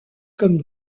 comme